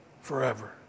forever